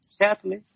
carefully